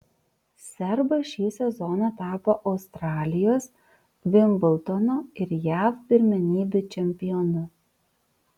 serbas šį sezoną tapo australijos vimbldono ir jav pirmenybių čempionu